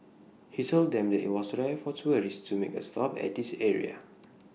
he told them that IT was rare for tourists to make A stop at this area